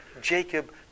Jacob